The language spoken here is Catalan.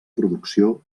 producció